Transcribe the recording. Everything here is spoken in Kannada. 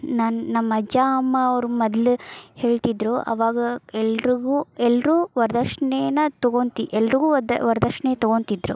ನನ್ನ ನಮ್ಮ ಅಜ್ಜ ಅಮ್ಮ ಅವ್ರು ಮೊದ್ಲ್ ಹೇಳ್ತಿದ್ದರು ಅವಾಗ ಎಲ್ರಿಗು ಎಲ್ಲರೂ ವರದಕ್ಷ್ಣೆನ ತೊಗೋತ ಎಲ್ರಿಗೂ ವದ್ದ ವರದಕ್ಷ್ಣೆ ತೊಗೋತಿದ್ರು